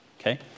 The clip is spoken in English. Okay